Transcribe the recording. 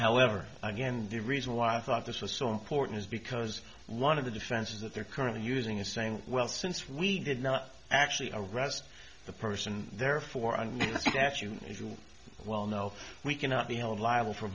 however again the reason why i thought this was so important is because one of the defenses that they're currently using is saying well since we did not actually arrest the person therefore under the statute as you well know we cannot be held liable for